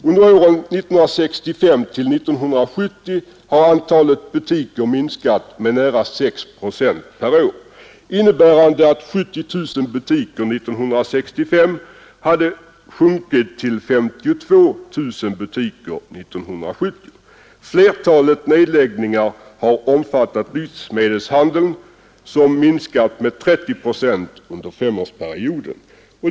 Under åren 1965—1970 har antalet butiker minskat med nära 6 procent per år, innebärande att 70 000 butiker år 1965 blivit 52 000 år 1970. Flertalet nedläggningar har gällt livsmedelshandeln, där antalet butiker minskat med 30 procent under femårsperioden.